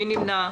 מי נמנע?